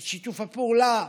את שיתוף הפעולה,